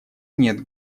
нет